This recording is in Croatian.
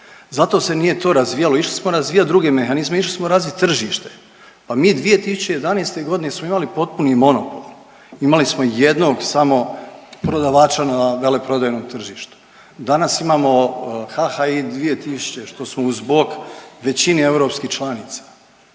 zato se nije to razvijalo, išli smo razvijati druge mehanizme, išli smo razviti tržište. Pa mi 2011. godine smo imali potpuni monopol. Imali smo jednog samo prodavača na veleprodajnom tržištu. Danas imamo HHI 2000 što smo uz bok većini europskih članica.